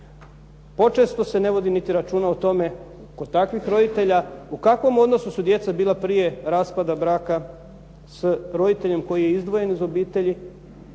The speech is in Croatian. Počesto se ne vodi niti računa o tome kod takvih roditelja u kakvom odnosu su djeca bila prije raspada braka s roditeljem koji je izdvojen iz obitelji,